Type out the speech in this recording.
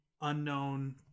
unknown